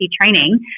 training